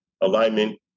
alignment